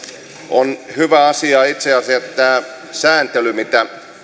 on hyvää asiaa yksi on tämä sääntely mitä